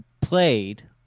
played